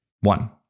one